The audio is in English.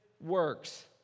works